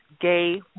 gay